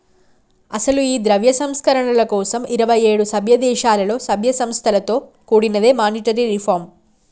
అసలు ఈ ద్రవ్య సంస్కరణల కోసం ఇరువైఏడు సభ్య దేశాలలో సభ్య సంస్థలతో కూడినదే మానిటరీ రిఫార్మ్